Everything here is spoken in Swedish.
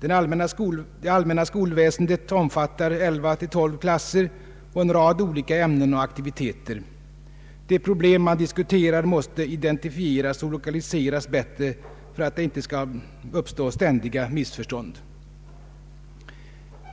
Det allmänna skolväsendet omfattar 11—12 klasser med en rad olika ämnen och aktiviteter. De problem man diskuterar måste identifieras och lokaliseras bättre för att det inte skall uppstå ständiga missförstånd.